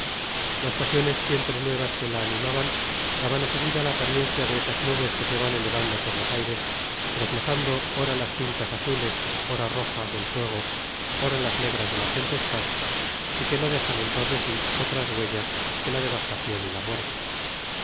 las pasiones siempre nuevas que la animaban daban á su vida la apariencia de esas nubes que se van elevando por los aires reflejando ora las liatas azules ora rojas del fuego ora las negras de la tempestad y que no dejan en pos de si otras huellas que la devastacion y la muerte